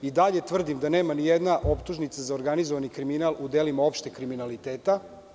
I dalje tvrdim da nema nijedna optužnica za organizovani kriminal u delima opšteg kriminaliteta.